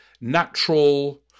natural